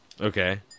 Okay